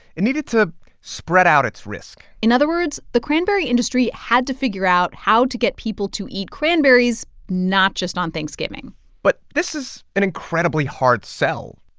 it needed to spread out its risk in other words, the cranberry industry had to figure out how to get people to eat cranberries not just on thanksgiving but this is an incredibly hard sell.